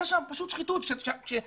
יש שם פשוט שחיתות שאם